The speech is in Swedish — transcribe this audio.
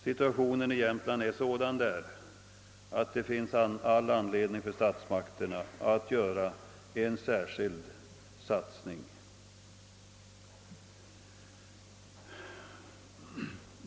Situationen i Jämtland är nu sådan att det finns anledning för statsmakterna att göra en särskild satsning där.